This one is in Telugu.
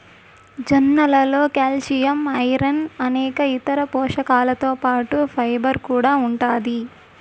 జొన్నలలో కాల్షియం, ఐరన్ అనేక ఇతర పోషకాలతో పాటు ఫైబర్ కూడా ఉంటాది